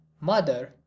mother